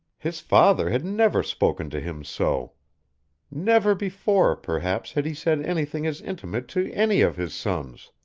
his father had never spoken to him so never before, perhaps, had he said anything as intimate to any of his sons.